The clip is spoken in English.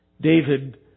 David